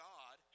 God